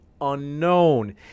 unknown